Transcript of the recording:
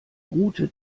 route